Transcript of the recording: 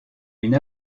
une